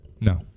No